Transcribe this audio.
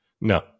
No